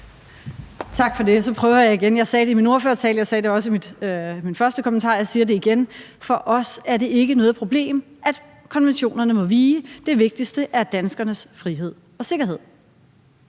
Tak for det. Så prøver jeg igen. Jeg sagde det i min ordførertale, jeg sagde det også i min første kommentar, og jeg siger det igen. For os er det ikke noget problem, at konventionerne må vige; det vigtigste er danskernes frihed og sikkerhed.